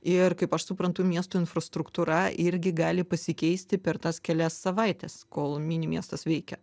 ir kaip aš suprantu miesto infrastruktūra irgi gali pasikeisti per tas kelias savaites kol mini miestas veikia